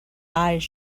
eyes